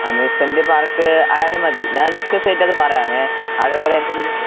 amusement park ആയാലും മതി ഞാൻ ഡിസ്കസ് ചെയ്തിട്ടത് പറയാമേ അതുപോലെ എന്തെങ്കിലും